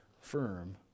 firm